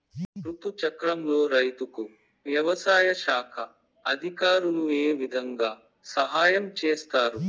రుతు చక్రంలో రైతుకు వ్యవసాయ శాఖ అధికారులు ఏ విధంగా సహాయం చేస్తారు?